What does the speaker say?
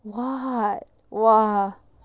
!wah! !wah!